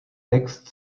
text